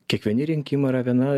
kiekvieni rinkimai yra viena